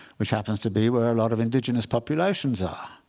which happens to be where a lot of indigenous populations are.